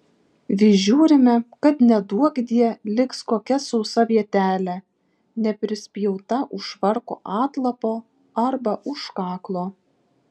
vis žiūrime kad neduokdie liks kokia sausa vietelė neprispjauta už švarko atlapo arba už kaklo